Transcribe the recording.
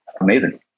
amazing